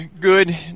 good